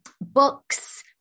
books